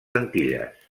antilles